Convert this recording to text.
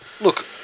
Look